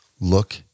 Look